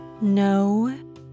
No